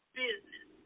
business